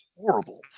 Horrible